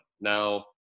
Now